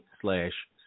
slash